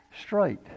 straight